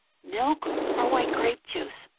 milk or white grape juice?